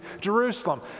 Jerusalem